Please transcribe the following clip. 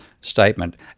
statement